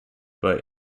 but